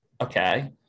okay